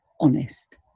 honest